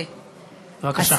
בבקשה.